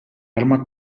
arma